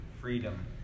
freedom